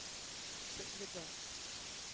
ᱪᱮᱫ ᱞᱮᱠᱟ